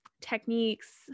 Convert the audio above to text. techniques